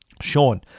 Sean